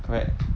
correct